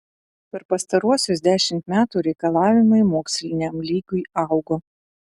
per pastaruosius dešimt metų reikalavimai moksliniam lygiui augo